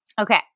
Okay